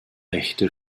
rechte